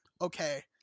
okay